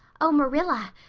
oh, marilla,